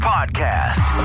Podcast